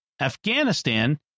Afghanistan